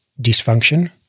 dysfunction